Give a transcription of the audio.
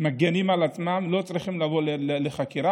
ומגינים על עצמם לא צריכים לבוא לחקירה,